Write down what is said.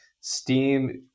Steam